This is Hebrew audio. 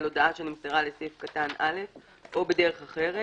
על פי הודעה שנמסרה לפי סעיף קטן (א) או בדרך אחרת,